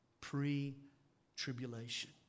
Pre-tribulation